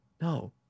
No